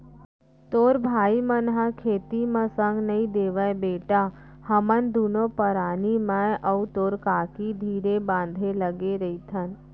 तोर भाई मन ह खेती म संग नइ देवयँ बेटा हमन दुनों परानी मैं अउ तोर काकी धीरे बांधे लगे रइथन